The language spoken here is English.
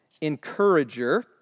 encourager